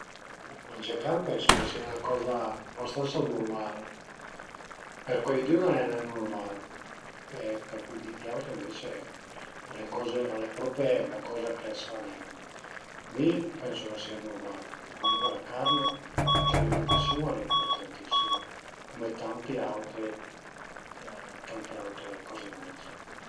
Ma mangé carn pensu ch'a sia 'na coza abastansa nurmal. Për cueidün al e nen nurmal, pöi për cui di auti ënvece al e coze al e prope 'na coza che a s'fa nen. Mi pensu ch'a sia nurmal perché comuncue la carn ën l'alimentasiun al e impurtantissima cume tanti autri, tante autre coze da mangé